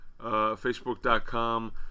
Facebook.com